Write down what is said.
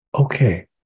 okay